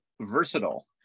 versatile